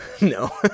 No